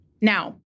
Now